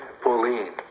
Pauline